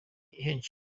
henshi